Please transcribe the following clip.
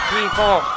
People